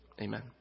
Amen